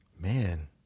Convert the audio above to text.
Man